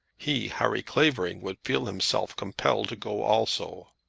he, harry clavering, would feel himself compelled to go also.